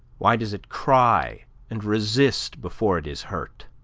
why does it cry and resist before it is hurt?